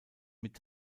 wird